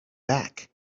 back